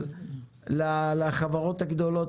לחברות הגדולות,